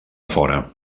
fora